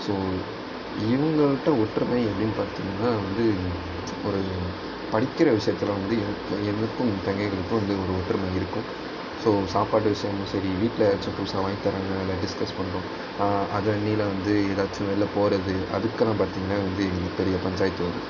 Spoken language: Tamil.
ஸோ இவங்கள்ட்ட ஒற்றுமை அப்படின்னு பார்த்திங்கன்னா வந்து ஒரு படிக்கிற விஷயத்தில் வந்து எனக்கும் என் தங்கைகளுக்கும் ஒரு ஒற்றுமை இருக்கும் ஸோ சாப்பாட்டு விஷயமாக இருந்தாலும் சரி வீட்டில் ஏதாச்சும் புதுசாக வாங்கித்தராங்க டிஸ்கஸ் பண்ணுவோம் அது அன்னில வந்து ஏதாச்சும் வெள்ல போகிறது அதுக்கெலாம் பார்த்திங்கன்னா வந்து பெரிய பஞ்சாயத்து வரும்